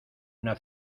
una